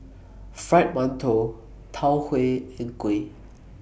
Fried mantou Tau Huay and Kuih